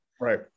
Right